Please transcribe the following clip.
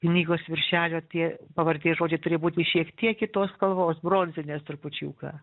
knygos viršelio tie pavardės žodžiai turė būti šiek tiek kitos spalvos bronzinės trupučiuką